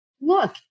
look